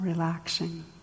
relaxing